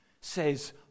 says